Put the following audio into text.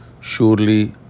Surely